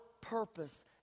purpose